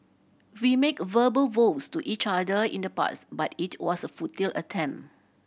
we make verbal vows to each other in the past but it was a futile attempt